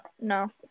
No